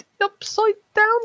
upside-down